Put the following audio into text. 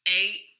eight